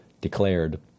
declared